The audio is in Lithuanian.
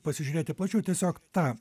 pasižiūrėti plačiau tiesiog ta